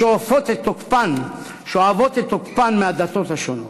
השואבות את תוקפן מהדתות השונות.